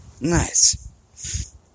Nice